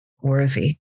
worthy